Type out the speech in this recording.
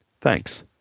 Thanks